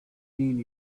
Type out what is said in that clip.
mean